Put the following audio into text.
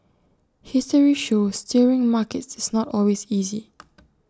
history shows steering markets is not always easy